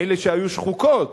מילא שהיו שחוקות,